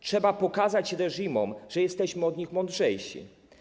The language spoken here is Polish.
Trzeba pokazać reżimom, że jesteśmy od nich mądrzejsi.